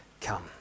come